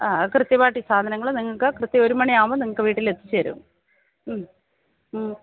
ആ കൃത്യമായിട്ടീ സാധനങ്ങള് നിങ്ങള്ക്കു കൃത്യം ഒരു മണിയവുമ്പോള് നിങ്ങള്ക്കു വീട്ടിലെത്തിച്ചുതരും